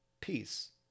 peace